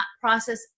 process